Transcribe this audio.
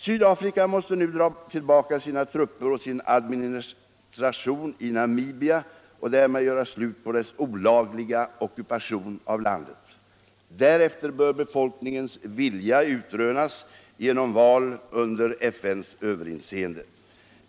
Sydafrika måste nu dra tillbaka sina trupper och sin administration i Namibia och därmed göra slut på sin olagliga ockupation av landet. Därefter bör befolkningens vilja utrönas genom val under FN:s överinseende.